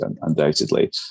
undoubtedly